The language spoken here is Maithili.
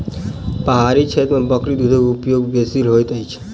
पहाड़ी क्षेत्र में बकरी दूधक उपयोग बेसी होइत अछि